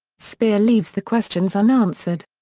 speer leaves the questions unanswered.